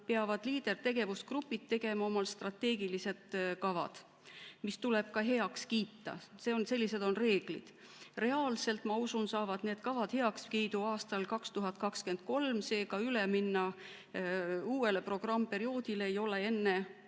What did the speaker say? peavad LEADER-i tegevusgrupid tegema omale strateegilised kavad, mis tuleb ka heaks kiita. Sellised on reeglid. Reaalselt, ma usun, saavad need kavad heakskiidu aastal 2023, seega üle minna uuele programmiperioodile ei ole enne